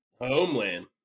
Homeland